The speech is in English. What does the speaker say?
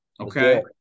okay